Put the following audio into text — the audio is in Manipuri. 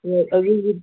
ꯑꯥ ꯑꯗꯨꯕꯨ